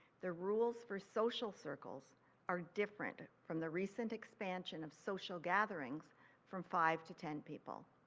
the rules for social circles are different from the recent expansion of social gatherings from five to ten people.